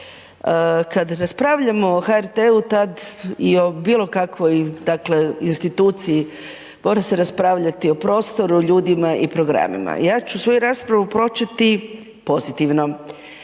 Kada raspravljamo o HRT-u tada i o bilo kakvoj dakle instituciji mora se raspravljati o prostoru, ljudima i programima. Ja ću svoju raspravu početi pozitivno.